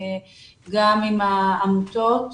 גם עם העמותות.